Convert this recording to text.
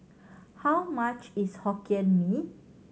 how much is Hokkien Mee